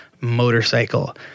motorcycle